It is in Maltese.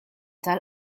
tal